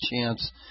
chance